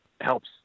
helps